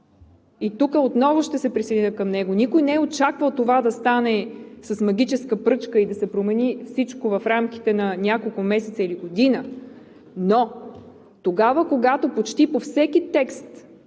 – тук отново ще се присъединя към него: никой не е очаквал това да стане с магическа пръчка и да се промени всичко в рамките на няколко месеца или година. Но когато почти по всеки текст,